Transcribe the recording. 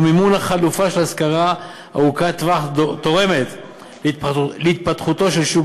ומימון החלופה של השכרה ארוכת-טווח תורם להתפתחותו של שוק